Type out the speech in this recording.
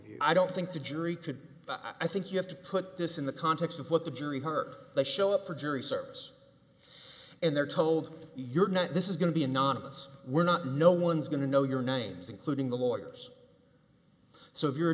view i don't think the jury could i think you have to put this in the context of what the jury heard that show up for jury service and they're told you're not this is going to be anonymous we're not no one's going to know your names including the lawyers so if you're a